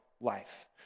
life